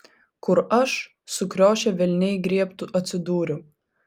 kur aš sukriošę velniai griebtų atsidūriau